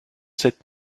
sept